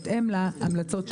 בהתאם להמלצות של הייעוץ המשפטי.